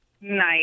Nice